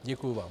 Děkuji vám.